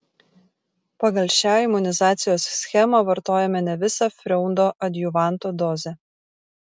pagal šią imunizacijos schemą vartojome ne visą freundo adjuvanto dozę